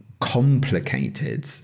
complicated